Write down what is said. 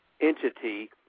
entity